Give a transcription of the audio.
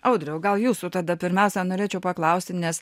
audriau gal jūsų tada pirmiausia norėčiau paklausti nes